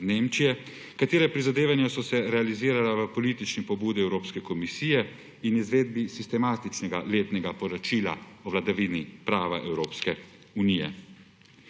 in Nemčije, katere prizadevanja so se realizirala v politični pobudi Evropske komisije in izvedbi sistematičnega letnega poročila o vladavini prava Evropske unije.